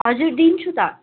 हजुर दिन्छु त